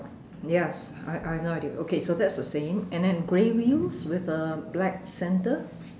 yes I I have no idea okay so that's the same and then grey wheels with a black centre